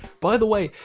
by the way,